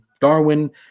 Darwin